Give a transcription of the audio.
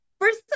first